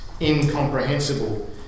incomprehensible